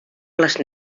les